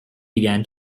began